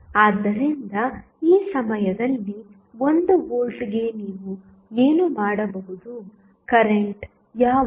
ಆದ್ದರಿಂದ ಈ ಸಮಯದಲ್ಲಿ 1 ವೋಲ್ಟ್ಗೆ ನೀವು ಏನು ಮಾಡಬಹುದು ಕರೆಂಟ್ ಯಾವುದು